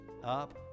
up